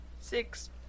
six